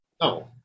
No